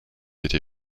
été